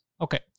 Okay